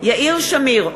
יאיר שמיר,